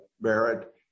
Barrett